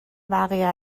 بقیه